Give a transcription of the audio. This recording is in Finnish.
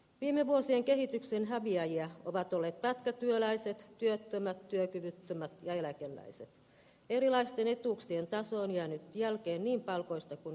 viime vuosien kehityksen häviäjiä ovat olleet pätkätyöläiset työttömät työkyvyttömät ja eläkeläiset erilaisten etuuksien taso on jäänyt jälkeen niin palkoista kuin